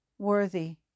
Worthy